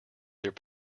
their